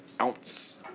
ounce